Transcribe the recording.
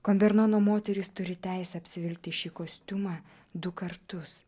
konbernono moterys turi teisę apsivilkti šį kostiumą du kartus